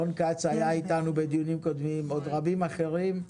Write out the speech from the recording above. רון כץ היה איתנו בדיונים קודמים, עוד רבים אחרים.